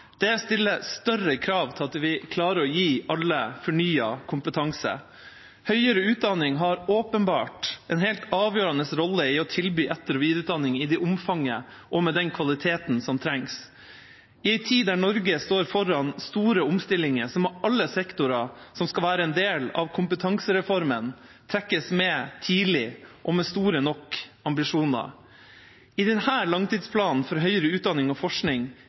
Det stiller større krav til at vi klarer å gi alle fornyet kompetanse. Høyere utdanning har åpenbart en helt avgjørende rolle i å tilby etter- og videreutdanning i det omfanget og med den kvaliteten som trengs. I en tid da Norge står foran store omstillinger, må alle sektorer som skal være en del av kompetansereformen, trekkes med tidlig og med store nok ambisjoner. I denne langtidsplanen for høyere utdanning og forskning